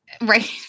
Right